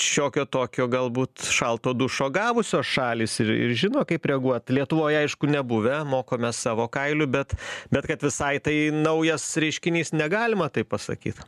šiokio tokio galbūt šalto dušo gavusios šalys ir ir žino kaip reaguoti lietuvoj aišku nebuvę mokomės savo kailiu bet bet kad visai tai naujas reiškinys negalima taip pasakyt